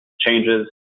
Changes